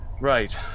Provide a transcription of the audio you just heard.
Right